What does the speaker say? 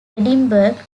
edinburgh